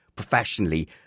professionally